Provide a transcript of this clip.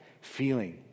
feeling